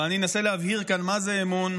אבל אני אנסה להבהיר כאן מה זה אמון,